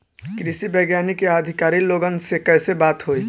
कृषि वैज्ञानिक या अधिकारी लोगन से कैसे बात होई?